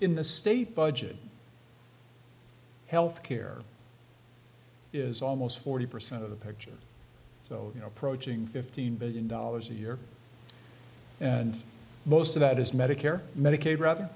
in the state budget health care is almost forty percent of the picture so you know approaching fifteen billion dollars a year and most of that is medicare medicaid rather